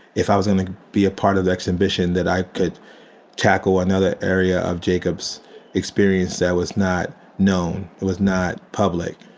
if i was gonna be a part of the exhibition that i could tackle another area of jacob's experience that was not known. it was not public.